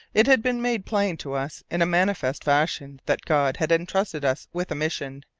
it had been made plain to us in a manifest fashion that god had entrusted us with a mission,